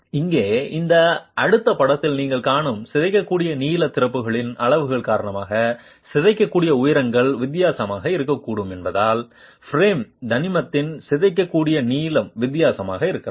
இங்கே இந்த அடுத்த படத்தில் நீங்கள் காணும் சிதைக்கக்கூடிய நீளம் திறப்புகளின் அளவுகள் காரணமாக சிதைக்கக்கூடிய உயரங்கள் வித்தியாசமாக இருக்கக்கூடும் என்பதால் பிரேம் தனிமத்தின் சிதைக்கக்கூடிய நீளம் வித்தியாசமாக இருக்கலாம்